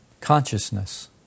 Consciousness